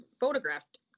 photographed